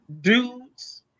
dudes